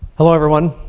hello, everyone.